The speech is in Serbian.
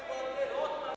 Hvala